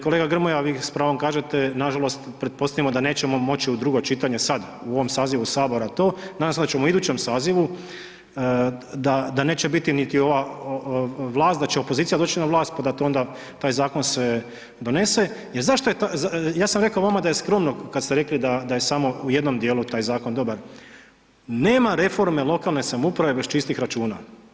Kolega Grmoja, vi s pravom kažete, nažalost pretpostavimo da nećemo moći u drugo čitanje sad u ovom sazivu Sabora to, nadam se da ćemo u idućem sazivu, da neće biti niti ova vlast, da će opozicija doći na vlast pa da to onda, da taj zakon se donese jer zašto, ja sam rekao vama da je skromno kad ste rekli da je samo u jednom djelu taj zakon dobar, nema reforme lokalne samouprave bez čistih računa.